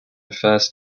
refers